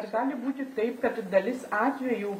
ar gali būti taip kad dalis atvejų